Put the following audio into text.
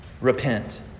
repent